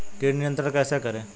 कीट नियंत्रण कैसे करें?